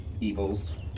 evils